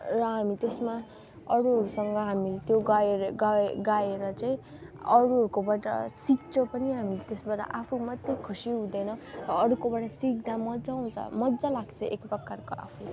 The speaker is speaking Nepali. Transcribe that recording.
र हामी त्यसमा अरूहरूसँग हामी त्यो गाएर गाए गाएर चाहिँ अरूहरूकोबाट सिक्छौँ पनि हामी त्यसबाट आफू मात्रै खुसी हुँदैन अरूकोबाट सिक्दा मजा आउँछ मजा लाग्छ एक प्रकारको आफू